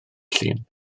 llun